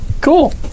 Cool